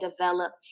develop